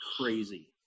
crazy